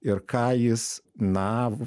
ir ką jis na